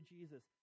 Jesus